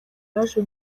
yaje